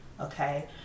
Okay